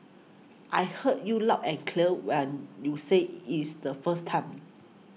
I heard you loud and clear when you said its the first time